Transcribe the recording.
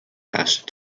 acid